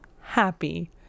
happy